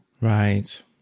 Right